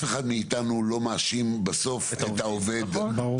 כדי שתוכל לקבל ולא לעבור 51 לשכות כדי למצוא איפה יש תור.